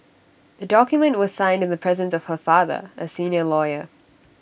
the document was signed in the presence of her father A senior lawyer